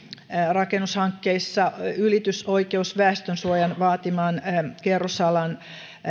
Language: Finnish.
rakennushankkeissa ylitysoikeus väestönsuojan vaatiman kerrosalan